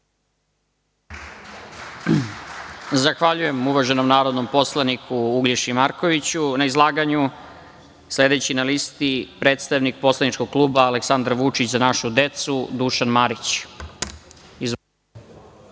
Zahvaljujem, uvaženom poslaniku, Uglješi Markoviću na izlaganju. Sledeći na listi, predstavnik poslaničkog kluba Aleksandar Vučić – Za našu decu, Dušan Marić.